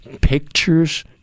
pictures